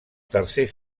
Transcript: tercer